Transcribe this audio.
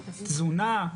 תזונה,